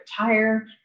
retire